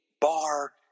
bar